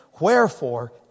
Wherefore